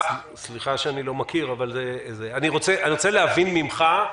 אני רוצה להבין ממך,